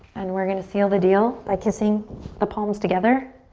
and we're going to seal the deal by kissing the palms together.